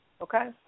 okay